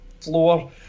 floor